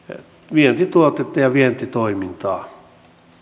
vientituotetta ja vientitoimintaa